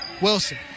Wilson